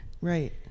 right